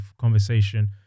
conversation